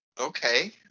Okay